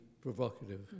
provocative